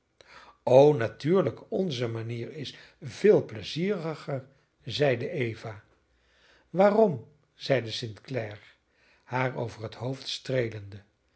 o natuurlijk onze manier is veel pleizieriger zeide eva waarom zeide st clare haar over het